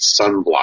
sunblock